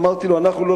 אמרתי לו: אנחנו,